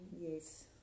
Yes